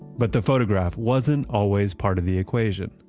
but the photograph wasn't always part of the equation.